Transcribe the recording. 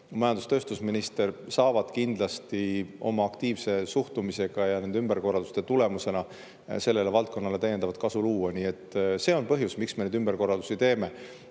ja tööstusminister, saavad kindlasti oma aktiivse suhtumisega ja nende ümberkorralduste tulemusena sellele valdkonnale täiendavat kasu luua. Nii et see on põhjus, miks me neid ümberkorraldusi teeme.